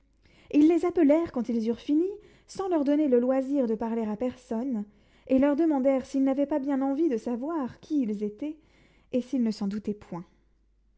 ils les appelèrent quand ils eurent fini sans leur donner le loisir de parler à personne et leur demandèrent s'ils n'avaient pas bien envie de savoir qui ils étaient et s'ils ne s'en doutaient point